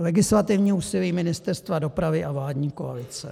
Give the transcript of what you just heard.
Legislativní úsilí Ministerstva dopravy a vládní koalice.